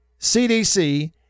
CDC